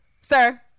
Sir